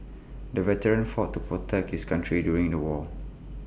the veteran fought to protect his country during the war